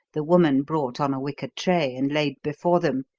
the woman brought on a wicker tray and laid before them,